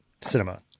cinema